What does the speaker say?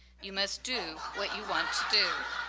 you must do what you want to do.